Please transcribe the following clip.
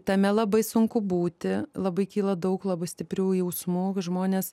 tame labai sunku būti labai kyla daug labai stiprių jausmų kai žmonės